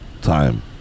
time